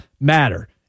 matter